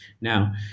Now